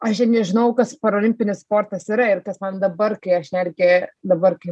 aš net nežinojau kas parolimpinis sportas yra ir kas man dabar kai aš neregė dabar kai